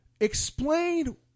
Explain